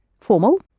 Formal